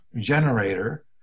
generator